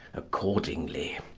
accordingly,